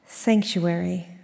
Sanctuary